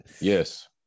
yes